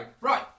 Right